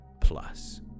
plus